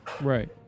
Right